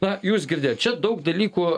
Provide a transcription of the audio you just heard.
na jūs girdėjot čia daug dalykų